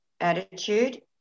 attitude